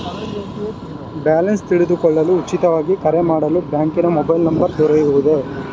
Balance ತಿಳಿದುಕೊಳ್ಳಲು ಉಚಿತವಾಗಿ ಕರೆ ಮಾಡಲು ಬ್ಯಾಂಕಿನ ಮೊಬೈಲ್ ನಂಬರ್ ದೊರೆಯುವುದೇ?